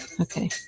Okay